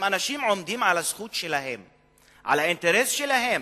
אם אנשים עומדים על הזכות שלהם, על האינטרס שלהם,